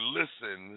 listen